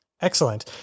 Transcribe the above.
Excellent